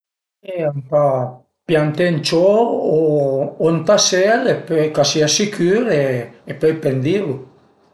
Ëntà pianté ën ciò o ën tasèl e pöi ca sìa sicür e pöi pendilu